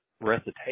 recitation